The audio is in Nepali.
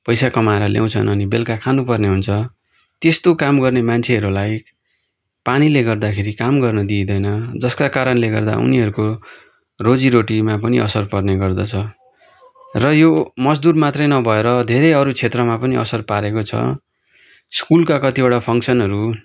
पैसा कमाएर ल्याउँछन् बेलुका खानुपर्ने हुन्छ त्यस्तो काम गर्ने मान्छेहरूलाई पानीले गर्दाखेरि काम गर्न दिँदैन जसका कारणले गर्दा उनीहरूको रोजीरोटीमा पनि असर पर्ने गर्दछ र यो मजदुर मात्रै नभएर धेरै अरू क्षेत्रमा पनि असर पारेको छ स्कुलका कतिवडा फङ्सनहरू